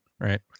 Right